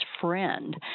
friend